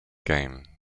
game